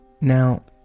Now